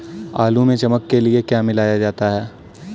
आलू में चमक के लिए क्या मिलाया जाता है?